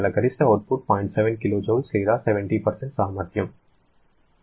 7 kJ లేదా 70 సామర్థ్యం